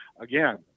again